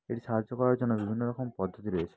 এটি সাহায্য করার জন্য বিভিন্ন রকম পদ্ধতি রয়েছে